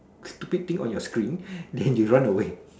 stupid thing on your screen then you run away